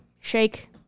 shake